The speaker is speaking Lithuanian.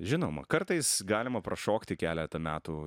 žinoma kartais galima prašokti keletą metų